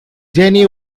jenny